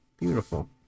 beautiful